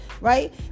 right